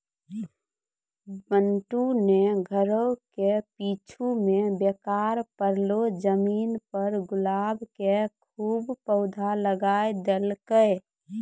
बंटू नॅ घरो के पीछूं मॅ बेकार पड़लो जमीन पर गुलाब के खूब पौधा लगाय देलकै